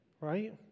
right